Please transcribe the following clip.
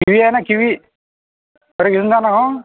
kiwi आहे ना kiwi थोडे घेऊन जा ना हो